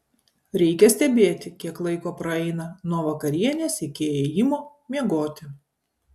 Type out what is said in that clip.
reikia stebėti kiek laiko praeina nuo vakarienės iki ėjimo miegoti